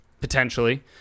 potentially